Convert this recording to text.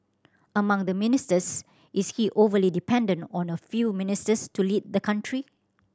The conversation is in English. among the ministers is he overly dependent on a few ministers to lead the country